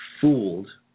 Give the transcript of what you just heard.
fooled